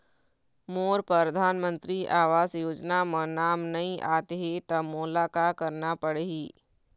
मोर परधानमंतरी आवास योजना म नाम नई आत हे त मोला का करना पड़ही?